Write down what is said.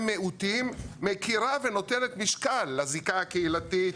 מיעוטים מכירה ונותנת משקל לזיקה הקהילתית,